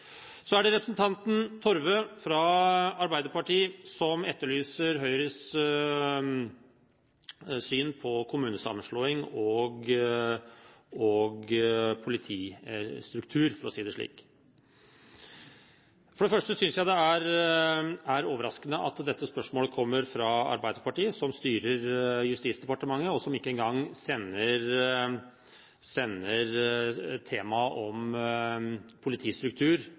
Så er det representanten Torve, fra Arbeiderpartiet, som etterlyser Høyres syn på kommunesammenslåing og politistruktur, for å si det slik. For det første synes jeg det er overraskende at dette spørsmålet kommer fra Arbeiderpartiet, som styrer Justisdepartementet, og som ikke engang sender temaet om politistruktur